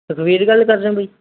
ਲਖਵੀਰ ਗੱਲ ਕਰ ਰਹੇ ਹੋ ਬਾਈ